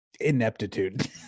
ineptitude